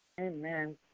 Amen